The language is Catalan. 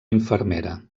infermera